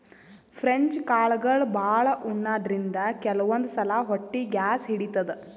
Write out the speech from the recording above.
French ಕಾಳ್ಗಳ್ ಭಾಳ್ ಉಣಾದ್ರಿನ್ದ ಕೆಲವಂದ್ ಸಲಾ ಹೊಟ್ಟಿ ಗ್ಯಾಸ್ ಹಿಡಿತದ್